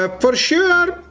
ah for sure